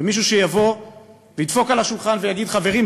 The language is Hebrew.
ומישהו שיבוא וידפוק על השולחן ויגיד: חברים,